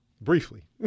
briefly